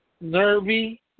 nervy